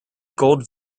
gold